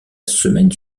semaine